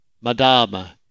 Madama